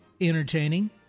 Entertaining